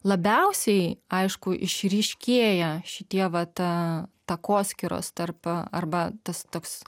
labiausiai aišku išryškėja šitie vat takoskyros tarp arba tas toks